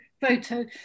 photo